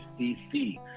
DC